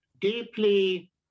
deeply